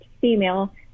female